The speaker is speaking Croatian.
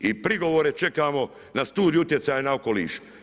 I prigovore čekamo na studiju utjecaja na okoliš.